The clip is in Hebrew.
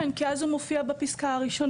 כן, כי אז הוא מופיע בפסקה הראשונה.